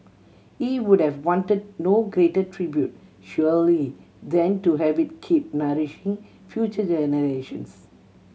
he would have wanted no greater tribute surely than to have it keep nourishing future generations